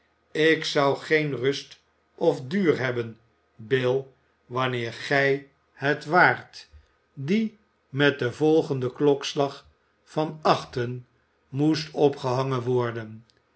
ik zou geen rust of duur hebben bill wanneer gij het waart die met den volgenden klokslag van achten moest opgehangen worden